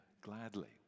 gladly